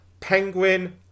Penguin